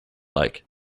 lake